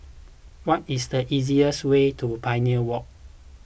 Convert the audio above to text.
what is the easiest way to Pioneer Walk